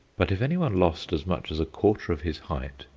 but if anyone lost as much as a quarter of his height,